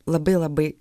labai labai